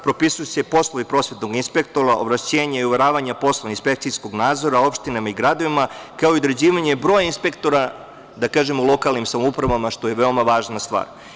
Propisuju se poslovi prosvetnog inspektora, ovlašćenja i uveravanja posle inspekcijskog nadzora opštinama i gradovima, kao i određivanje broja inspektora u lokalnim samoupravama, što je veoma važna stvar.